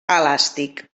elàstic